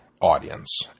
audience